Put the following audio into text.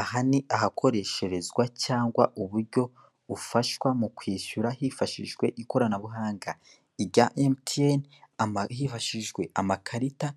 Aha ni ahakoreshezwa cyangwa uburyo ufashwa mu kwishyura hifashishijwe ikoranabuhanga rya MTN, hifashishijwe amakarita